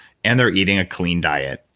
and they're eating a clean diet,